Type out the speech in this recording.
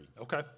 Okay